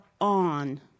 on